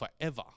forever